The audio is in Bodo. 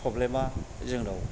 प्रब्लेमा जोंनाव